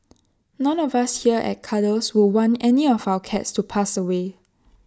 none of us here at Cuddles would want any of our cats to pass away